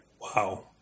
wow